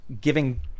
giving